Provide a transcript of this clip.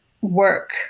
work